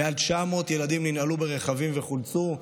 מעל 900 ילדים ננעלו ברכבים וחולצו,